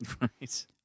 Right